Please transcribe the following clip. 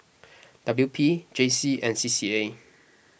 W P J C and C C A